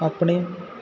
ਆਪਣੇ